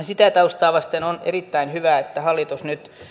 sitä taustaa vasten on erittäin hyvä että hallitus nyt